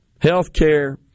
healthcare